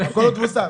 כל עוד הוא שר.